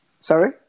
Sorry